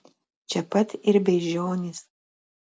čia pat ir beižionys